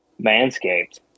Manscaped